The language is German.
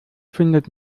findet